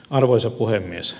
arvoisa puhemies